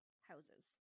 houses